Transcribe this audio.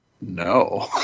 No